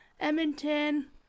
Edmonton